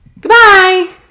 goodbye